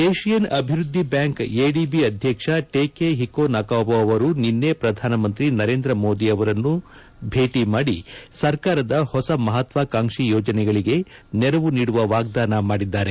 Asian ಅಭಿವೃದ್ದಿ bank ADB ಅಧ್ಯಕ್ಷ Takehiko Nakao ಅವರು ನಿನ್ನೆ ಶ್ರಧಾನಮಂತ್ರಿ ನರೇಂದ್ರ ಮೋದಿ ಅವರನ್ನು ಭೇಟ ಮಾಡಿ ಸರ್ಕಾರದ ಹೊಸ ಮಹತ್ವಕಾಂಕ್ಷಿ ಯೋಜನೆಗಳಿಗೆ ನೆರವು ನೀಡುವ ವಾಗ್ದಾನ ಮಾಡಿದ್ದಾರೆ